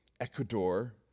Ecuador